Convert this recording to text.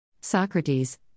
Socrates